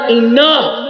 enough